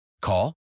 Call